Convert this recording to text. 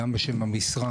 גם בשם המשרד,